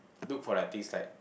look for like things like